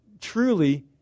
truly